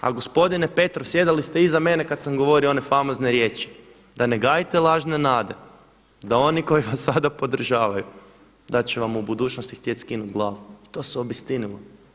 A gospodine Petrov sjedili ste iza mene kada sam govorio one famozne riječi, da ne gajite lažne nade, da oni koji vas sada podržavaju da će vam u budućnosti htjet skinuti glavu i to se obistinilo.